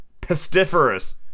pestiferous